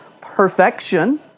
perfection